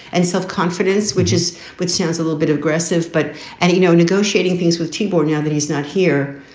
and self-confidence, which is which sounds a little bit aggressive, but and, you know, negotiating things with t-bone now that he's not here.